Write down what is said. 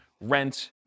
rent